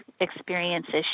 experiences